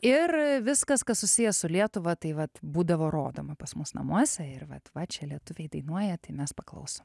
ir viskas kas susiję su lietuva tai vat būdavo rodoma pas mus namuose ir vat va čia lietuviai dainuoja tai mes paklausom